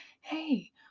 hey